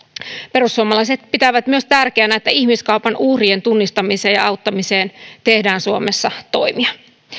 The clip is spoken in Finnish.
perussuomalaiset pitävät tärkeänä myös että ihmiskaupan uhrien tunnistamisessa ja auttamisessa tehdään suomessa toimia